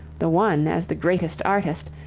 the one as the greatest artist,